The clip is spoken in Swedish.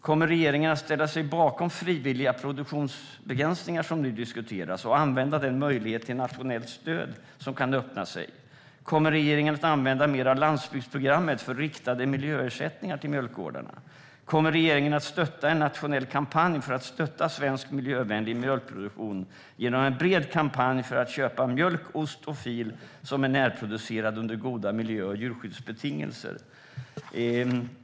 Kommer regeringen att ställa sig bakom frivilliga produktionsbegränsningar, som nu diskuteras, och använda den möjlighet till nationellt stöd som kan öppna sig? Kommer regeringen att använda mer av landsbygdsprogrammet för riktade miljöersättningar till mjölkgårdarna? Kommer regeringen att stödja en nationell kampanj för att stötta svensk miljövänlig mjölkproduktion, en bred kampanj för att köpa mjölk, ost och fil som är närproducerad under goda miljö och djurskyddsbetingelser?